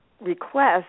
request